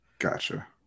Gotcha